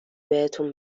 بهتون